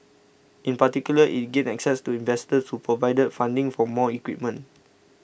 in particular it gained access to investors who provided funding for more equipment